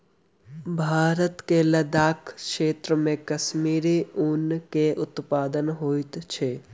भारत मे लदाख क्षेत्र मे कश्मीरी ऊन के उत्पादन होइत अछि